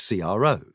CRO